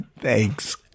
Thanks